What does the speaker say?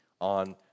on